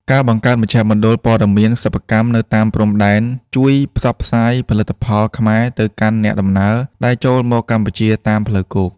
ការបង្កើតមជ្ឈមណ្ឌលព័ត៌មានសិប្បកម្មនៅតាមព្រំដែន ជួយផ្សព្វផ្សាយផលិតផលខ្មែរទៅកាន់អ្នកដំណើរដែលចូលមកកម្ពុជាតាមផ្លូវគោក។